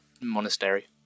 monastery